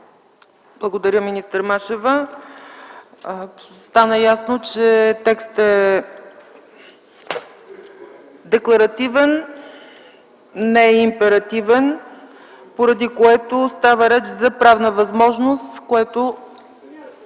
Благодаря, министър Машева. Стана ясно, че текстът е диспозитивен, не е императивен, поради което става реч за правна възможност.